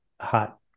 hot